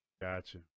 Gotcha